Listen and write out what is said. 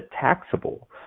taxable